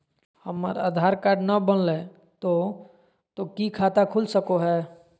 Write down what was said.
हमर आधार कार्ड न बनलै तो तो की खाता खुल सको है?